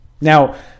Now